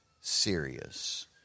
serious